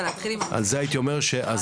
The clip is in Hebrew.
על זה הייתי אומר,